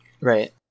Right